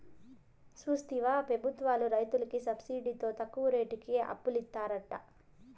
చూస్తివా పెబుత్వాలు రైతులకి సబ్సిడితో తక్కువ రేటుకి అప్పులిత్తారట